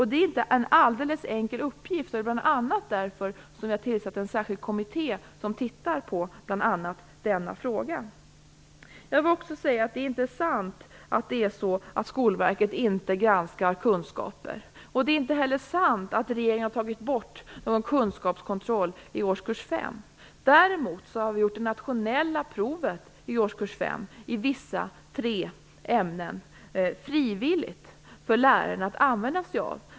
Det är inte en alldeles enkel uppgift, och det är bl.a. därför som vi har tillsatt en särskild kommitté som tittar på bl.a. denna fråga. Det är inte sant att Skolverket inte granskar kunskaper. Det är heller inte sant att regeringen har tagit bort någon kunskapskontroll i årskurs 5. Däremot har vi gjort det nationella provet i årskurs 5 i tre ämnen frivilligt för lärarna att använda sig av.